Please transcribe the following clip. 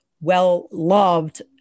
well-loved